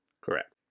Correct